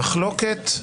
המחלוקת,